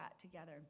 together